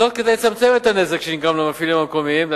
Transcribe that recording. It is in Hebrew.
זאת כדי לצמצם את הנזק שנגרם למפעילים המקומיים,